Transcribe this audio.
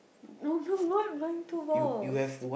no no no playing two balls